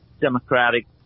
Democratic